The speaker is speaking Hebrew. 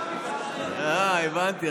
אה, הבנתי.